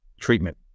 Treatment